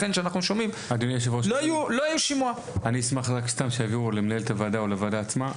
אני אשמח שיעבירו למנהלת הוועדה או לוועדה עצמה,